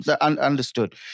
Understood